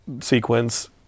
sequence